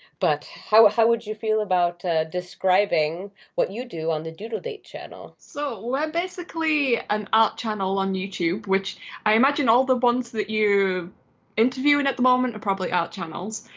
but how ah how would you feel about describing what you do on the doodle date channel? so we're basically an art channel on youtube, which i imagine all the ones that you're interviewing at the moment are probably art channels.